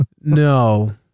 No